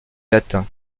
latin